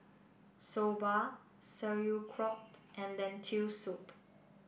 Soba Sauerkraut and Lentil soup